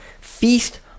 Feast